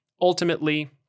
ultimately